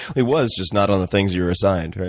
it was. just not on the things you were assigned, right?